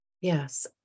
Yes